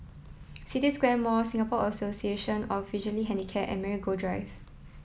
City Square Mall Singapore Association of Visually Handicapped and Marigold Drive